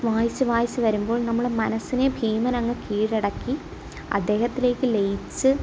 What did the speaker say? വായിച്ച് വായിച്ച് വരുമ്പോൾ നമ്മളുടെ മനസ്സിനെ ഭീമനങ്ങ് കീഴടക്കി അദ്ദേഹത്തിലേക്ക് ലയിച്ച്